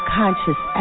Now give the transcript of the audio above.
conscious